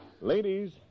Ladies